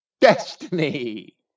destiny